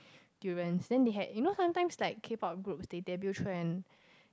durians then they had you know sometimes likes k-pop groups they debut through an